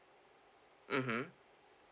mmhmm